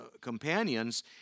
companions